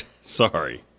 Sorry